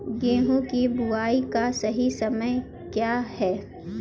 गेहूँ की बुआई का सही समय क्या है?